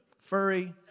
furry